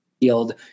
field